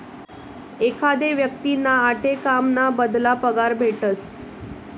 एखादा व्यक्तींना आठे काम ना बदला पगार भेटस